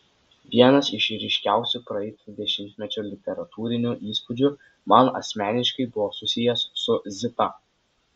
vienas iš ryškiausių praeito dešimtmečio literatūrinių įspūdžių man asmeniškai buvo susijęs su zita